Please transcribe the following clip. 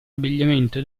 abbigliamento